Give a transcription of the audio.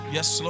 Yes